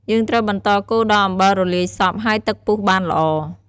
យើងត្រូវបន្តកូរដល់អំបិលរលាយសព្វ ហើយទឹកពុះបានល្អ។